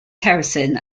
terracing